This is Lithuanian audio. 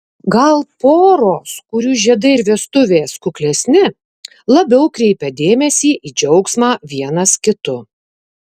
gal poros kurių žiedai ir vestuvės kuklesni labiau kreipia dėmesį į džiaugsmą vienas kitu